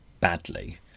badly